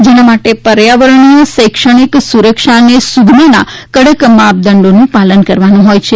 જેના માટે પર્યાવરણીય શૈક્ષણિક સુરક્ષા અને સુગમાના કડક માપદંડોનું પાલન કરવાનું હોય છે